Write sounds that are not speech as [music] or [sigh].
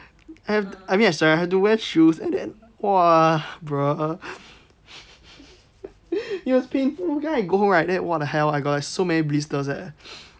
I mean sorry I have to wear shoes and then !wah! bruh [laughs] it was painful when I go home right then what the hell I got so many blisters eh